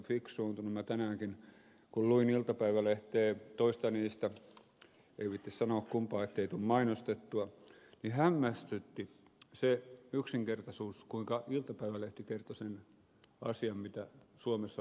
minua tänäänkin kun luin iltapäivälehteä toista niistä ei viitsi sanoa kumpaa ettei tule mainostettua hämmästytti se yksinkertaisuus kuinka iltapäivälehti kertoi sen asian mitä suomessa oikeastaan tapahtuu